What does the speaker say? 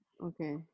Okay